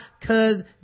Cause